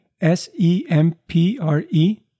S-E-M-P-R-E